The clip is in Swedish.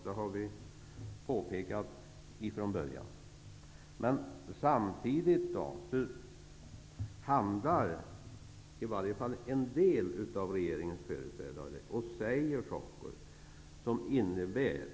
Det har vi påpekat från början. Samtidigt försöker i varje fall en del av regeringens företrädare bortse från det moratorium som finns.